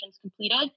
completed